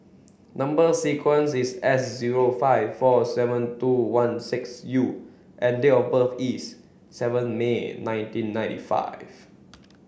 number sequence is S zero five four seven two one six U and date of birth is seven May nineteen ninety five